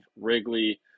Wrigley